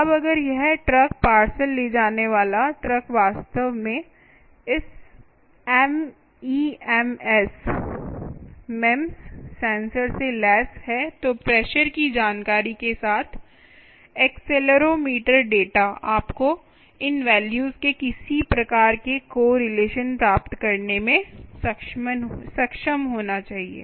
अब अगर वह ट्रक पार्सल ले जाने वाला ट्रक वास्तव में इस एमईएमएस सेंसर से लैस है तो प्रेशर की जानकारी के साथ एक्सेलेरोमीटर डेटा आपको इन वैल्यूज के किसी प्रकार के कोरिलेशन प्राप्त करने में सक्षम होना चाहिए